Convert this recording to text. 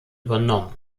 übernommen